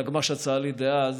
הנגמ"ש הצה"לי דאז,